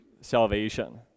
salvation